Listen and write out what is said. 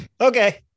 Okay